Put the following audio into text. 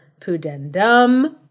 pudendum